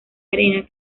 arena